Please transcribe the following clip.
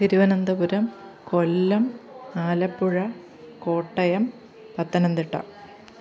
Thiruvananthapuram Kollam Alappuzha Kottayam Pathanamthitta